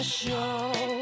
show